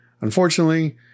unfortunately